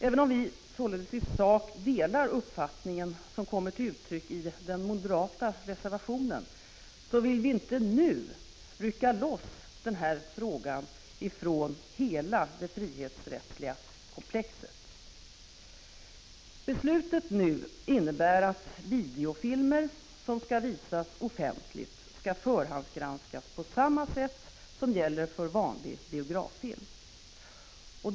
Även om vi således i sak delar den uppfattning som kommer till uttryck i den moderata reservationen, så vill vi inte nu rycka loss den här frågan ur hela det frihetsrättsliga komplexet. Beslutet nu innebär att videofilmer som skall visas offentligt skall förhandsgranskas på samma sätt som gäller för vanlig biograffilm.